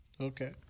okay